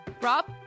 Rob